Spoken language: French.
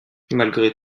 malgré